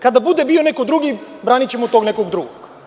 Kada bude bio neko drugi, branićemo tog nekog drugog.